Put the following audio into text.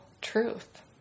truth